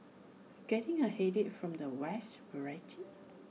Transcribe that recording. getting A headache from the vast variety